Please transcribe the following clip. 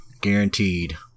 guaranteed